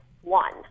one